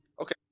okay